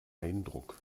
eindruck